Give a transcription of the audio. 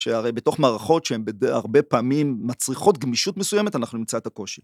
שהרי בתוך מערכות שהן הרבה פעמים מצריכות גמישות מסוימת, אנחנו נמצא את הקושי.